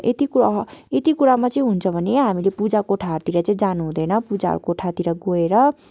यतिको यति कुरामा चाहिँ हुन्छ भने हामीले पूजा कोठाहरूतिर चाहिँ जानु हुदैँन पूजा कोठातिर गएर